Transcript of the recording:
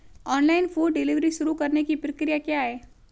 Online food delivery शुरू करने की प्रक्रिया क्या है?